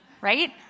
right